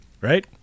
right